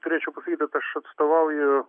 turėčiau pasakyti kas aš atstovauju